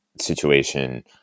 situation